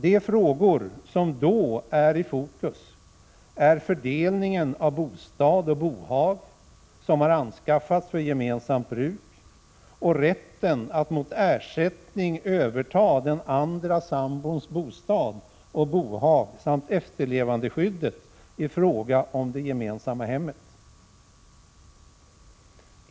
De frågor som då är i fokus är fördelningen av bostad och bohag som har anskaffats för gemensamt bruk och rätten att mot ersättning överta den andra sambons bostad och bohag samt efterlevandeskyddet i fråga om det gemensamma hemmet.